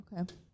Okay